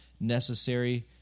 necessary